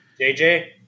jj